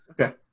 okay